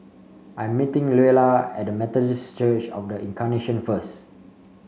I'm meeting Luella at Methodist Church Of The Incarnation first